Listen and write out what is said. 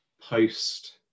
post